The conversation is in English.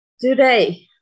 Today